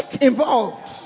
involved